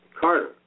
Carter